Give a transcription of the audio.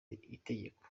itegeko